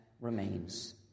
remains